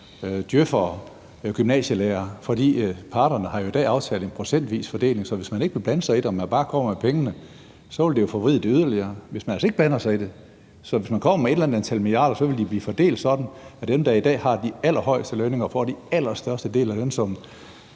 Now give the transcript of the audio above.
djøf'ere, gymnasielærere, fordi parterne i dag har en aftale om en procentvis fordeling, så hvis man ikke vil blande sig det, men bare kommer med pengene, vil det jo forvride det yderligere. Så hvis man kommer med et eller andet antal milliarder, vil de blive fordelt sådan, at de, der i dag har de allerhøjeste lønninger, får den allerstørste del af lønsummen,